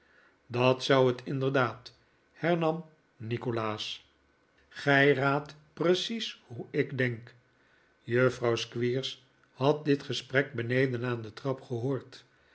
dat zou het inderdaad hernam nikolaas gij raadt precies hoe ik denk juffrouw squeers had dit gesprek beneden aan de trap gehoord